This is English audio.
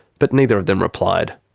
but neither of them replied.